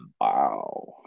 Wow